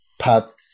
path